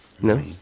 No